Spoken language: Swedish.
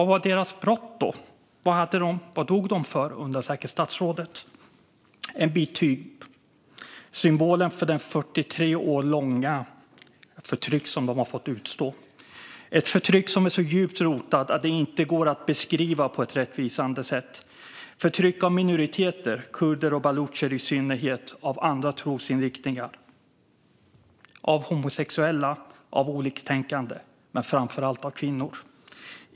Vad var då deras brott? Vad dog de för, undrar säkert statsrådet? En bit tyg. Symbolen för det 43 år långa förtryck som de har fått utstå, ett förtryck som är så djupt rotat att det inte går att beskriva på ett rättvisande sätt. Förtryck av minoriteter - kurder och balucher i synnerhet - och förtryck av andra trosinriktningar, av homosexuella, av oliktänkande men framför allt av kvinnor.